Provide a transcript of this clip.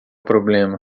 problema